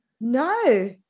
no